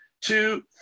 two